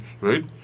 right